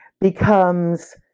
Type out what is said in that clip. becomes